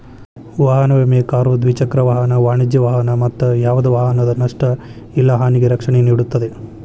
ವಾಹನ ವಿಮೆ ಕಾರು ದ್ವಿಚಕ್ರ ವಾಹನ ವಾಣಿಜ್ಯ ವಾಹನ ಮತ್ತ ಯಾವ್ದ ವಾಹನದ ನಷ್ಟ ಇಲ್ಲಾ ಹಾನಿಗೆ ರಕ್ಷಣೆ ನೇಡುತ್ತದೆ